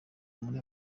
muri